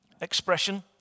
expression